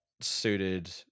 suited